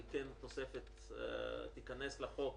והיא תיכנס לחוק,